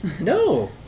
No